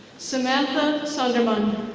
samantha sanderman.